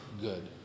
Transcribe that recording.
good